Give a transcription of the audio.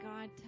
God